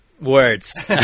Words